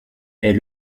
est